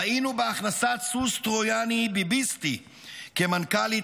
ראינו בהכנסת סוס טרויאני ביביסטי כמנכ"לית